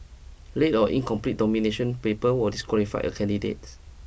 late or incomplete domination paper will disqualify a candidate